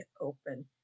open